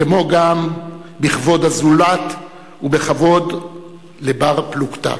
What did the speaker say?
כמו גם בכבוד הזולת, ובכבוד לבר-פלוגתא.